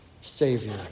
Savior